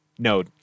No